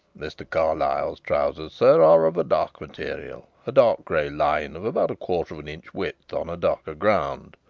mr. carlyle's trousers, sir, are of a dark material, a dark grey line of about a quarter of an inch width on a darker ground.